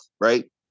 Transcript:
Right